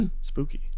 spooky